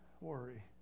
worry